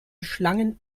schlangen